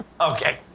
Okay